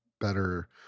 better